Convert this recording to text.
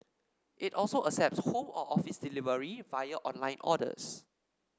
it also accepts home or office delivery via online orders